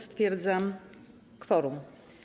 Stwierdzam kworum.